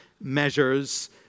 measures